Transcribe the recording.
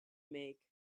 make